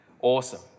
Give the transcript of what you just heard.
Awesome